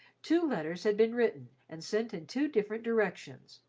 two letters had been written and sent in two different directions,